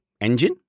engine